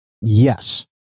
Yes